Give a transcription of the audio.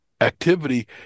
activity